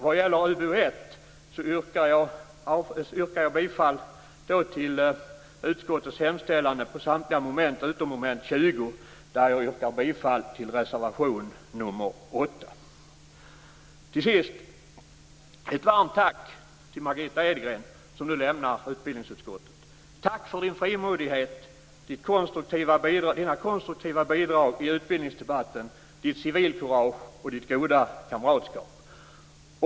Vad gäller UbU1 yrkar jag bifall till utskottets hemställan under samtliga moment utom mom. 20, där jag yrkar bifall till reservation nr 8. Till sist vill jag rikta ett varmt tack till Margitta Edgren som nu lämnar utbildningsutskottet. Jag vill tacka för hennes frimodighet, hennes konstruktiva bidrag till utbildningsdebatten, hennes civilkurage och hennes goda kamratskap.